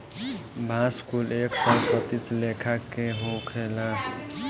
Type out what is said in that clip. बांस कुल एक सौ छत्तीस लेखा के होखेला